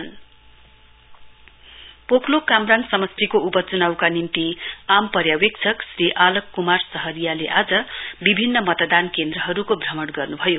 election observer पोकलोक कामराङ समष्टिको उप चुनाउका निम्ति आम पर्यावेक्षक श्री आलक कुमार सहारियाले आज विभिन्न मतदान केन्द्रहरुको भ्रमण गर्नुभयो